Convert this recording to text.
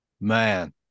Man